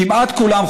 וכמעט כולם,